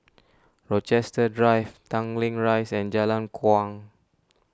Rochester Drive Tanglin Rise and Jalan Kuang